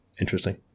Interesting